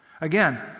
Again